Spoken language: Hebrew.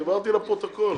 דיברתי אל הפרוטוקול.